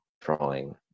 drawing